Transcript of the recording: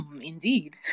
Indeed